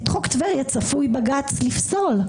את חוק טבריה צפוי בג"ץ לפסול,